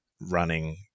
running